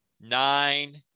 nine